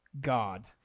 God